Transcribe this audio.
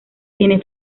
tiene